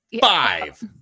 five